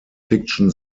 fiction